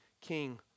king